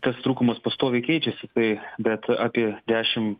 tas trūkumas pastoviai keičiasi tai bet apie dešim